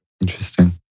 Interesting